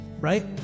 right